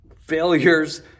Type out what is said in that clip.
failures